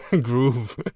groove